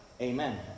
Amen